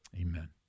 amen